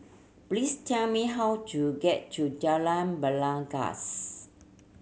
please tell me how to get to Jalan Belangkas